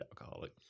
alcoholic